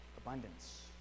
Abundance